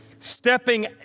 stepping